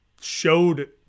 showed